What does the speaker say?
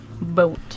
boat